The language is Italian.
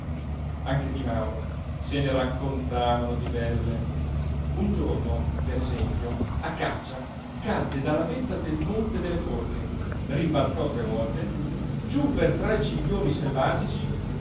anche di mauro se ne raccontavano di belle un giorno per esempio a caccia cadde dalla vetta del monte delle forche rimbalzò tre volte giú per tre ciglioni selvatici